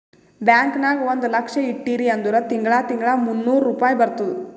bank ನಾಗ್ ಒಂದ್ ಲಕ್ಷ ಇಟ್ಟಿರಿ ಅಂದುರ್ ತಿಂಗಳಾ ತಿಂಗಳಾ ಮೂನ್ನೂರ್ ರುಪಾಯಿ ಬರ್ತುದ್